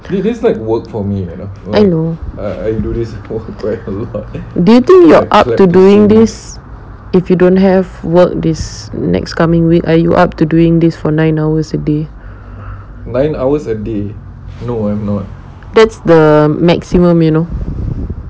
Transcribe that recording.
I know do you think you're up to doing this if you don't have work this next coming week are you up to doing this for nine hours a day that's the maximum you know